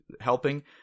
helping